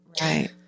Right